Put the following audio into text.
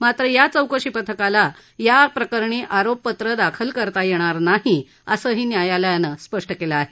मात्र या चौकशी पथकाला या प्रकरणी आरोपपत्र दाखल करता येणार नाही असंही न्यायालयानं स्पष्ट केलं आहे